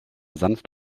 sanft